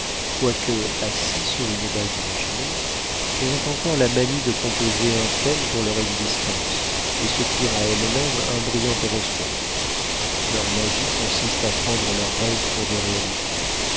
quoique assis sur une base imaginaire elles ont encore la manie de composer un thème pour leur existence et se tirent à elles-mêmes un brillant horoscope leur magie consiste à prendre leurs rêves pour des réalités